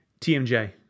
TMJ